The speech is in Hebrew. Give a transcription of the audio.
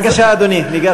בבקשה, אדוני, ניגש לשאילתה.